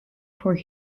for